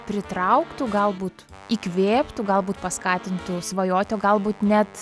pritrauktų galbūt įkvėptų galbūt paskatintų svajoti o galbūt net